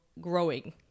growing